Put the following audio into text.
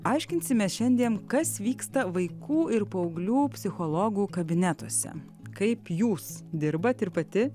aiškinsimės šiandien kas vyksta vaikų ir paauglių psichologų kabinetuose kaip jūs dirbat ir pati